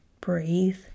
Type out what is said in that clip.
Breathe